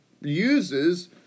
uses